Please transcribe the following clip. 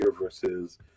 versus